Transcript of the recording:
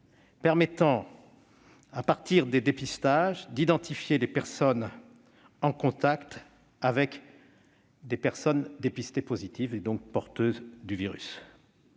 permettant, à partir des dépistages, d'identifier les personnes en contact avec des personnes dépistées positives, et donc porteuses du virus.